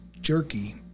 jerky